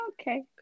Okay